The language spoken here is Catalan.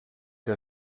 que